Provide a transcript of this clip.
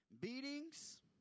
Beatings